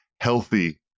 healthy